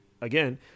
again